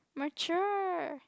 mature